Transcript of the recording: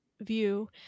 view